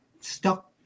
stuck